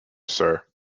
sir